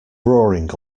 roaring